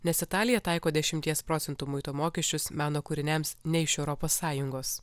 nes italija taiko dešimies procentų muito mokesčius meno kūriniams ne iš europos sąjungos